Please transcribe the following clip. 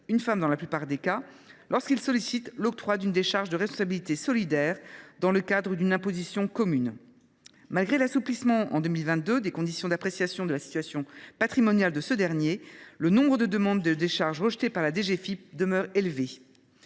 une femme dans la plupart des cas, lorsqu’il sollicite l’octroi d’une décharge de responsabilité solidaire dans le cadre d’une imposition commune. Malgré l’assouplissement, en 2022, des conditions d’appréciation de la situation patrimoniale de ce dernier, le nombre de demandes de décharges rejetées par la direction